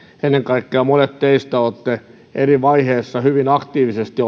ennen kaikkea monet teistä olette eri vaiheissa hyvin aktiivisesti